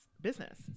business